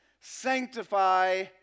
sanctify